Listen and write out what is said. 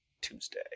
Tuesday